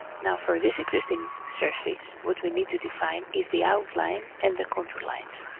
now for this existing surface, what we need to define is the outline and the contour lines